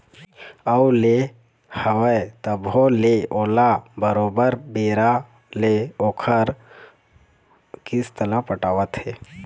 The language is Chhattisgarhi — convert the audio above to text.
अउ ले हवय तभो ले ओला बरोबर बेरा ले ओखर किस्त ल पटावत हे